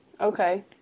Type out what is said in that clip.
Okay